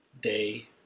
day